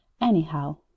Anyhow